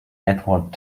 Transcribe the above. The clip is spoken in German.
edward